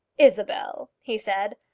isabel, he said,